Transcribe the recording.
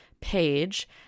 page